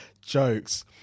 Jokes